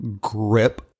grip